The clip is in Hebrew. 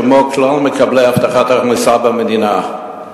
כמו כלל מקבלי הבטחת הכנסה במדינה.